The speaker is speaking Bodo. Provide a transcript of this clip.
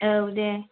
औ दे